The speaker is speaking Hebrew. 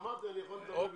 אמרתי שאני יכול לדבר במקומך.